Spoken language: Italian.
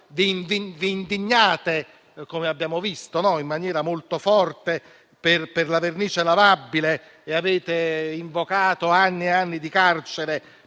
vi indignate, come abbiamo visto, in maniera molto forte per la vernice lavabile e avete invocato anni e anni di carcere